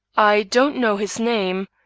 i don't know his name.